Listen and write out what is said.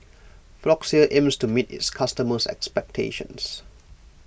Floxia aims to meet its customers' expectations